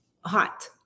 hot